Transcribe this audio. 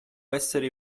essere